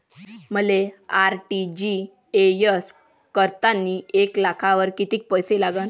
मले आर.टी.जी.एस करतांनी एक लाखावर कितीक पैसे लागन?